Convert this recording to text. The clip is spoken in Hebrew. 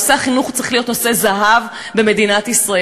נושא החינוך צריך להיות נושא זהב במדינת ישראל.